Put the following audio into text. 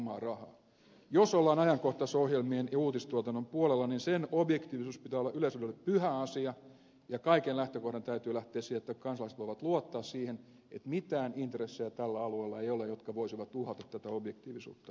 jos ollaan ajankohtaisohjelmien ja uutistuotannon puolella sen objektiivisuuden pitää olla yleisradiolle pyhä asia ja täytyy lähteä siitä että kansalaiset voivat luottaa siihen että mitään intressejä tällä alueella ei ole jotka voisivat uhata tätä objektiivisuutta